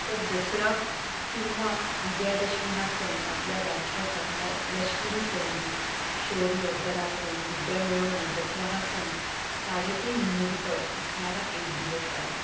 तर दसरा किंवा विजयादशमी हा सण आपल्या राष्ट्राचा ल लष्करी सण आहे शौर्य पराक्रम विद्या मिळवण्यात दसरा हा सण साडेतीन मुहूर्त असणारा एक दिवस आहे